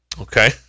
Okay